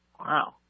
Wow